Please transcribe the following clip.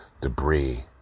debris